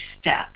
step